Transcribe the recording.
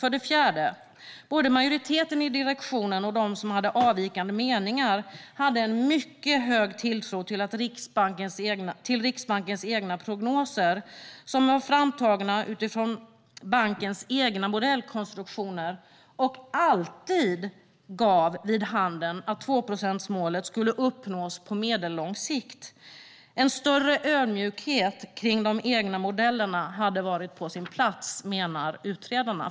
För det fjärde: Både majoriteten i direktionen och de som hade avvikande meningar hade en mycket hög tilltro till Riksbankens egna prognoser, som var framtagna utifrån bankens egna modellkonstruktioner och alltid gav vid handen att 2-procentsmålet skulle uppnås på medellång sikt. En större ödmjukhet i förhållande till de egna modellerna hade varit på sin plats, menar utredarna.